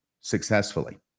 successfully